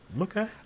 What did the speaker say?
Okay